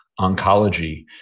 oncology